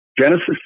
Genesis